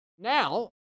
now